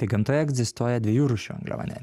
tai gamtoje egzistuoja dviejų rūšių angliavandeniai